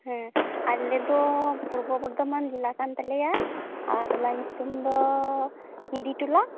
ᱦᱮᱸ ᱟᱞᱮᱫᱚ ᱯᱩᱨᱵᱚ ᱵᱚᱨᱫᱷᱚᱢᱟᱱ ᱡᱮᱞᱟ ᱠᱟᱱ ᱛᱟᱞᱮᱭᱟ ᱟᱨ ᱴᱚᱞᱟ ᱧᱩᱛᱩᱢ ᱫᱚ ᱜᱤᱨᱤ ᱴᱚᱞᱟ